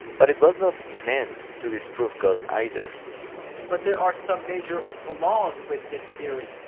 but it was not meant to disprove god either but there are some major flaws with this theory,